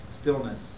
stillness